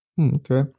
Okay